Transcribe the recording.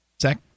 Zach